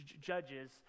judges